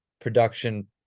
production